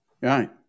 Right